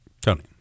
Tony